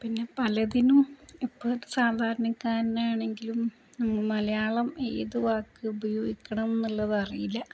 പിന്നെ പലതിനും ഇപ്പോള് സാധാരണക്കാരനാണെങ്കിലും നമ്മള് മലയാളം ഏതു വാക്ക് ഉപയോഗിക്കണം എന്നുള്ളതറിയില്ല